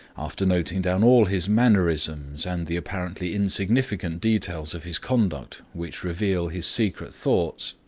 after noting down all his mannerisms and the apparently insignificant details of his conduct which reveal his secret thoughts,